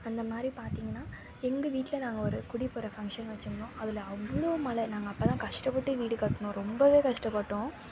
அந்தமாதிரி பார்த்திங்கனா எங்கள் வீட்டில் நாங்கள் ஒரு குடிப்போகிற ஃபங்க்ஷன் வைச்சிருந்தோம் அதில் அவ்வளோ மழை நாங்கள் அப்போ தான் கஷ்டப்பட்டு வீடு கட்டினோம் ரொம்ப கஷ்டப்பட்டோம்